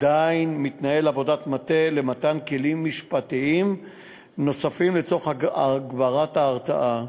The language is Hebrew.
עדיין מתנהלת עבודת מטה למתן כלים משפטיים נוספים לצורך הגברת ההרתעה.